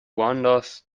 wanders